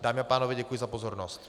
Dámy a pánové, děkuji za pozornost.